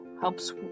helps